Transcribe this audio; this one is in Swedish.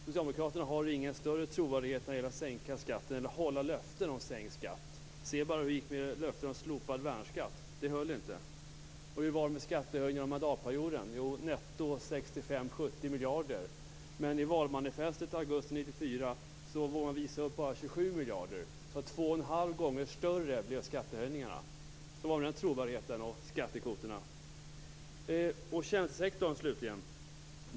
Socialdemokraterna har ingen större trovärdighet när det gäller att sänka skatten eller att hålla löften om sänkt skatt. Se bara hur det gick med löftet att slopa värnskatten! Det höll inte. Hur var det med skattehöjningar under mandatperioden? Jo, det blev 65-70 miljarder netto. I valmanifestet från augusti 1994 vågade man bara visa upp 27 miljarder. Skattehöjningarna blev alltså två och en halv gånger större. Så var det med den trovärdigheten och skattekvoterna. Slutligen vill jag säga något om tjänstesektorn.